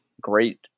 great